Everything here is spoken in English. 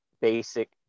basic